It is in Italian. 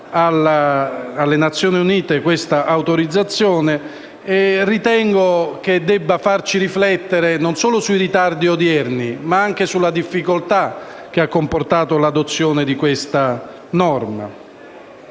alle Nazioni Unite questa autorizzazione, ritengo debba farci riflettere non solo sui ritardi odierni, ma anche sulla difficoltà che ha comportato l'adozione di questa norma.